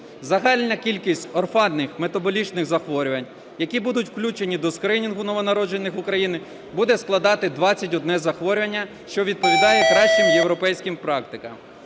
Загальна кількість орфанних метаболічних захворювань, які будуть включені до скринінгу новонароджених України буде складати 21 захворювання, що відповідає кращим європейським практикам.